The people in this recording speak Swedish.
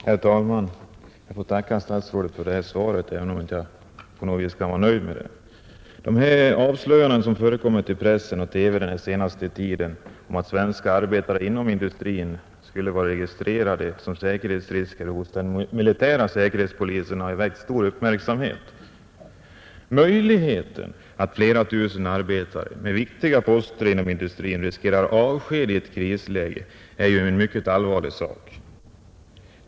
Herr talman! Jag tackar statsrådet för svaret på min fråga, även om jag inte på något vis kan vara nöjd med det. De avslöjanden, som förekommit i pressen och TV den senaste tiden om att svenska arbetare inom industrin skulle vara registrerade som säkerhetsrisker hos den militära säkerhetspolisen, har väckt stor uppmärksamhet. Möjligheten att flera tusen arbetare med viktiga poster inom industrin riskerar avsked i ett krisläge är en mycket allvarlig sak.